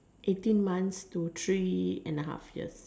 eighteen months to three and a half years